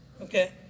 Okay